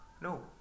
no